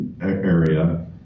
area